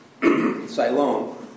Siloam